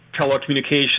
telecommunications